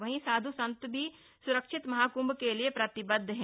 वहीं साध् संत भी सुरक्षित महाकुंभ के लिए प्रतिबद्ध है